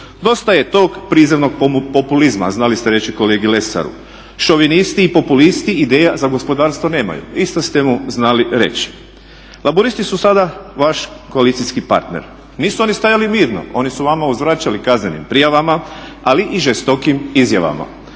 Dosta je tog prizemnog populizma, znali ste reći kolegi Lesaru. Šovinisti i populisti ideja za gospodarstvo nemaju, isto ste mu znali reći. Laburisti su sada vaš koalicijski partner. Nisu oni stajali mirno, oni su vama uzvraćali kaznenim prijavama, ali i žestokim izjavama.